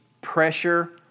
pressure